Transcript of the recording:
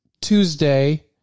Tuesday